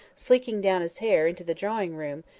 sleeking down his hair, into the drawing-room,